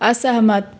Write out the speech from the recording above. असहमत